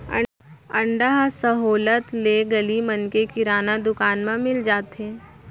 अंडा ह सहोल्लत ले गली मन के किराना दुकान म मिल जाथे